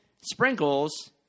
sprinkles